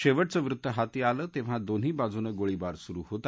शद्या जे वृत्तहाती आलं तछ्ठा दोन्ही बाजूनं गोळीबार सुरु होता